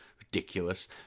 Ridiculous